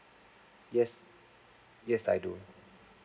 yes yes I do